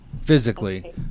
physically